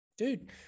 dude